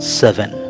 seven